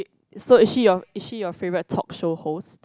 is so is she your is she your favourite talk show host